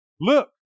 Look